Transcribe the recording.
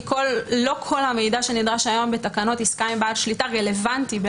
לא כל המידע שנדרש היום בתקנות עסקה עם בעל שליטה רלבנטי.